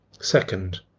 second